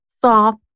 soft